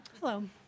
Hello